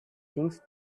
things